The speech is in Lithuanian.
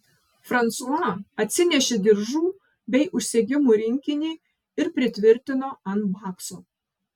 fransua atsinešė diržų bei užsegimų rinkinį ir pritvirtino ant bakso